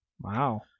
Wow